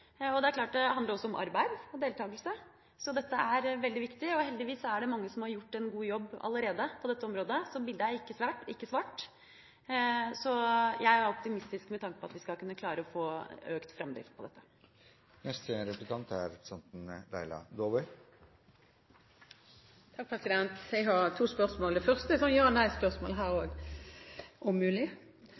menneskerettigheter. Det er klart at det også handler om arbeid og deltakelse, så dette er veldig viktig. Heldigvis er det mange som allerede har gjort en god jobb på dette området, så bildet er ikke svart. Jeg er optimistisk med tanke på at vi skal klare å få en økt framdrift i dette. Jeg har to spørsmål. Det første er også her et ja/ nei-spørsmål – om mulig.